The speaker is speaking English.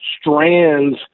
strands